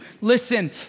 Listen